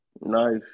Nice